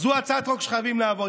זו הצעת חוק שחייבים להעביר.